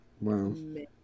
Wow